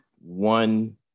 one